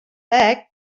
bag